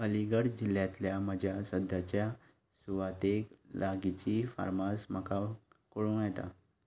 अलीगढ जिल्ल्यांतल्या म्हज्या सद्याच्या सुवातेक लागींची फार्मास म्हाका कळूं येता